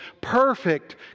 perfect